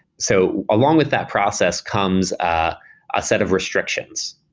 so along with that process comes a ah set of restrictions.